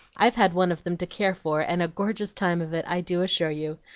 i've had one of them to care for, and a gorgeous time of it, i do assure you.